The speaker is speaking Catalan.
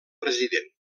president